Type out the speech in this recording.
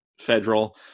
federal